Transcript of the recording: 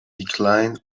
decline